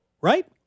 right